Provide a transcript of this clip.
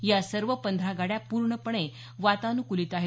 या सर्व पंधरा गाड्या पूर्णपणे वातानुकूलित आहेत